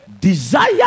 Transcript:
Desire